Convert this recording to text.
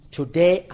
Today